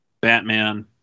Batman